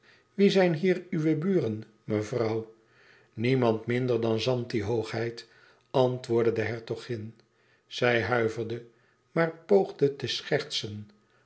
wie zijn hier uw buren mevrouw niemand minder dan zanti hoogheid antwoordde de hertogin zij huiverde maar poogde te schertsen